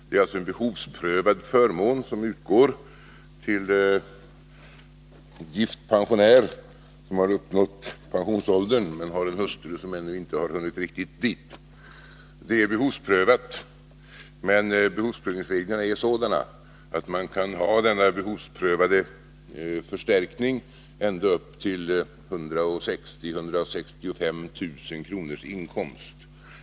Det är en behovsprövad förmån som utgår till gift man som har uppnått pensionsåldern men har en hustru som ännu inte riktigt hunnit dit. Hustrutillägget är behovsprövat, men reglerna är sådana att man kan ha denna behovsprövade förstärkning ända upp till en inkomst på 160 000-165 000 kr.